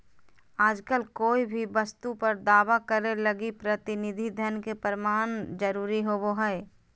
आजकल कोय भी वस्तु पर दावा करे लगी प्रतिनिधि धन के प्रमाण जरूरी होवो हय